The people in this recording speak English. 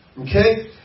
Okay